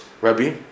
Rabbi